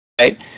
right